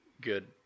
good